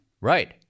Right